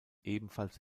ebenfalls